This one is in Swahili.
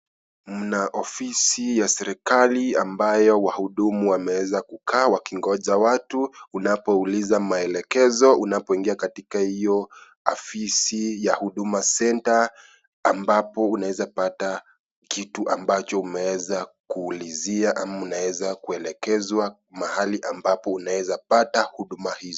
Mna ofisi ya serikali ambayo wahudumu wameweza kukaa wakingoja watu unapouliza maelekezo unapoingia katika hio afisi ya Huduma Center ambapo unaweza pata kitu ambacho umeeza kuulizia ama unaweza kuelekezwa mahali ambapo unawezapata huduma hizo.